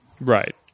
Right